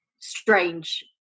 strange